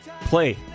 play